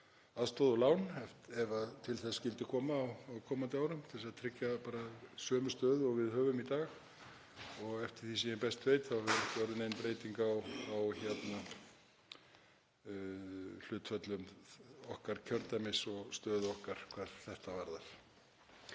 aðstoð og lán ef til þess skyldi koma á komandi árum, til að tryggja sömu stöðu og við höfum í dag. Eftir því sem ég best veit hefur ekki orðið nein breyting á hlutföllum okkar kjördæmis og stöðu okkar hvað þetta varðar.